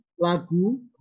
Lagu